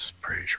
Praise